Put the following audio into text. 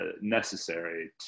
necessary